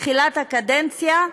בתחילת הקדנציה,